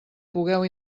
pugueu